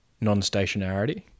non-stationarity